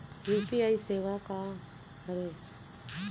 UPI सेवा का हरे?